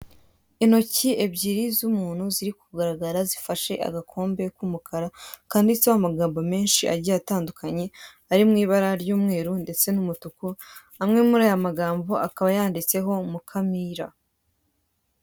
Intoki ebyiri z'umuntu ziri kugaragara zifashe agakombe k'umukara kanditseho amagambo menshi agiye atandukanye ari mu ibara ry'umweru ndetse n'umutuku, amwe muri aya magambo akaba yanditseho Mukamira.